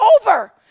over